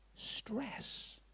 stress